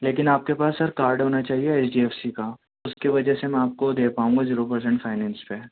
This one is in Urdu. لیکن آپ کے پاس سر کارڈ ہونا چاہیے ایچ ڈی ایف سی کا اُس کی وجہ سے میں آپ کو دے پاؤں گا زیرو پرسینٹ فائنینس پہ